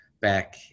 back